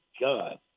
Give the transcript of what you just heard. God